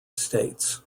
states